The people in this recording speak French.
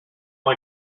ont